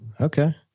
Okay